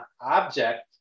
object